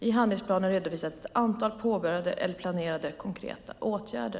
I handlingsplanen redovisas ett antal påbörjade eller planerade konkreta åtgärder.